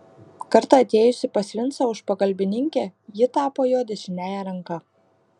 kartą atėjusi pas vincą už pagalbininkę ji tapo jo dešiniąja ranka